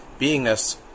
beingness